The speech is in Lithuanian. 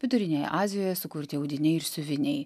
vidurinėje azijoje sukurti audiniai ir siuviniai